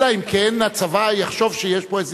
אלא אם כן הצבא יחשוב שיש פה איזה